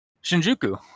Shinjuku